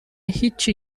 هیچی